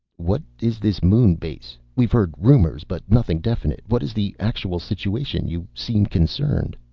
what is this moon base? we've heard rumors, but nothing definite. what is the actual situation? you seem concerned.